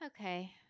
Okay